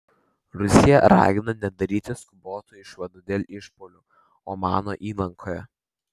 rusija ragina nedaryti skubotų išvadų dėl išpuolių omano įlankoje